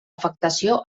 afectació